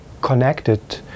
connected